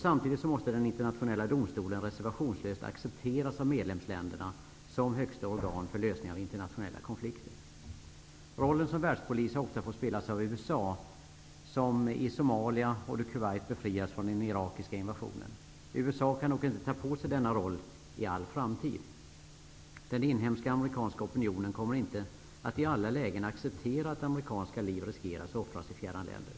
Samtidigt måste den internationella domstolen reservationslöst accepteras av medlemsländerna som högsta organ för lösning av internationella konflikter. Rollen som världspolis har ofta fått spelas av USA, som i Somalia och då Kuwait befriades från den irakiska invasionen. USA kan dock inte ta på sig denna roll i all framtid. Den inhemska amerikanska opinionen kommer inte att i alla lägen acceptera att amerikanska liv riskeras och offras i fjärran länder.